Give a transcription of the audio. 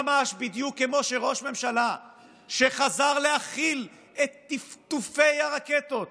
ממש בדיוק כמו שראש ממשלה שחזר להכיל את טפטופי הרקטות